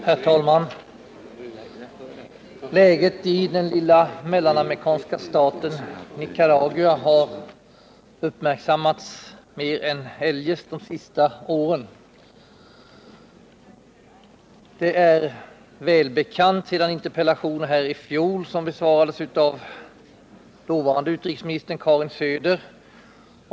Herr talman! Läget i den lilla mellanamerikanska staten Nicaragua har uppmärksammats mer än eljest de senaste åren. Det är välbekant sedan interpellationer besvarades här i fjol av dåvarande utrikesministern Karin Söder.